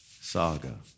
saga